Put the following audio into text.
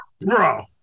Bro